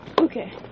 Okay